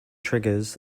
triggers